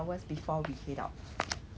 get the edusave